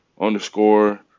underscore